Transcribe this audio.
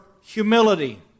humility